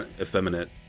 effeminate